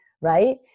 right